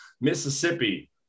Mississippi